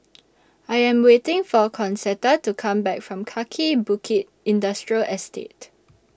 I Am waiting For Concetta to Come Back from Kaki Bukit Industrial Estate